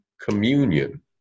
communion